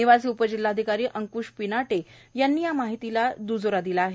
निवासी उपजिल्हाधिकारी अंकृश पिनाटे यांनी या माहितीला दुजोरा दिला आहे